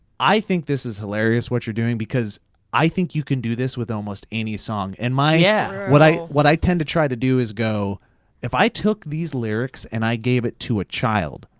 i think this is hilarious what you're doing because i think you can do this with almost any song. and yeah what i what i tend to try to do is go if i took these lyrics and i gave it to a child,